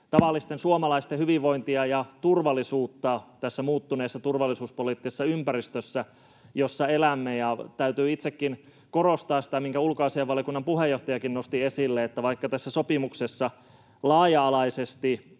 tavallisten suomalaisten hyvinvointia ja turvallisuutta tässä muuttuneessa turvallisuuspoliittisessa ympäristössä, jossa elämme. Täytyy itsekin korostaa sitä, minkä ulkoasiainvaliokunnan puheenjohtajakin nosti esille: että vaikka tässä sopimuksessa laaja-alaisesti